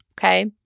Okay